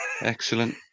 excellent